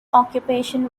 occupation